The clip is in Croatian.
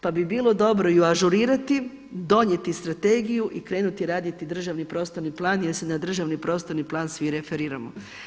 Pa bi bilo dobro ju ažurirati, donijeti strategiju i krenuti raditi državni prostorni plan jer se na državni prostorni plan svi referiramo.